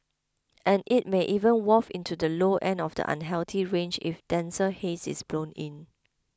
and it may even waft into the low end of the unhealthy range if denser haze is blown in